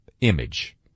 image